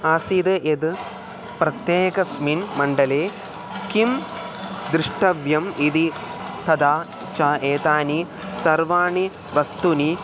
आसीद् यद् प्रत्येकस्मिन् मण्डले किं द्रष्टव्यम् इति तथा च एतानि सर्वाणि वस्तूनि